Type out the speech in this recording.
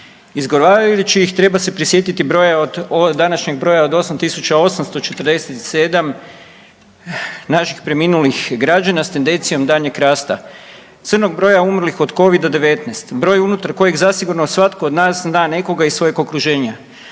Izgovarajući ih treba se prisjetiti današnjeg broja od 8 tisuća 847 naših preminulih građana s tendencijom daljnjeg rasta crnog broja umrlih od Covida-19, broj unutar kojeg zasigurno svatko od nas zna nekoga iz svojeg okruženja.